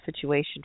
situation